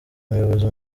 umuyobozi